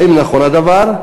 1. האם נכון הדבר,